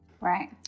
Right